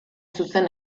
zuzen